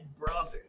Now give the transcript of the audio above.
brother